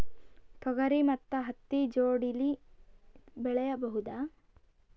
ತೊಗರಿ ಮತ್ತು ಹತ್ತಿ ಜೋಡಿಲೇ ಬೆಳೆಯಬಹುದಾ?